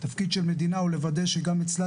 התפקיד של מדינה הוא לוודא שגם אצלה